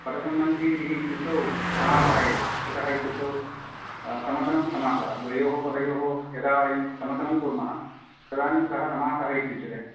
पदसम्बन्धी विधिः इत्युक्तौ समासः एव कुतः इत्युक्तौ समसनं समासः द्वयोः पदयोः यदा वयं समसनं कुर्मः तदानीं सः समासः इत्युच्यते